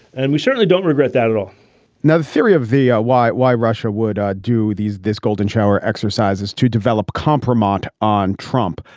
and we certainly don't regret that at all now, the theory of the ah why why russia would um do these this golden shower exercise is to develop compromise on trump.